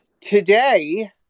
today